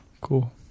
cool